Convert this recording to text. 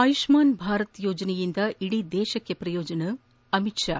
ಆಯುಷ್ನಾನ್ ಭಾರತ್ ಯೋಜನೆಯಿಂದ ಇಡೀ ದೇಶಕ್ಕೆ ಪ್ರಯೋಜನ ಅಮಿತ್ ಶಾ